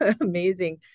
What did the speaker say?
amazing